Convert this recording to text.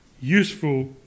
Useful